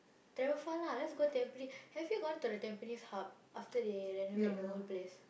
travel far lah let's go Tampines have you gone to the Tampines-Hub after they renovated the old place